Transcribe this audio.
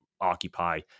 occupy